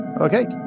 Okay